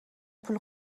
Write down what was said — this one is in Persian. پول